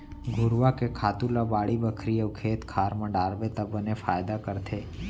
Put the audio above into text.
घुरूवा के खातू ल बाड़ी बखरी अउ खेत खार म डारबे त बने फायदा करथे